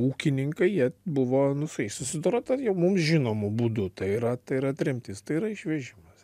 ūkininkai jie buvo nu su jais susidorota jau mum žinomu būdu tai yra tai yra tremtis tai yra išvežimas